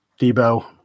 Debo